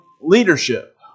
leadership